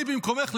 אני במקומך,